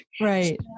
right